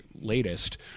latest